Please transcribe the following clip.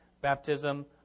Baptism